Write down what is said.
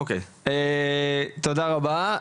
תודה רבה.